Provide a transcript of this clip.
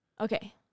Okay